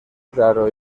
claro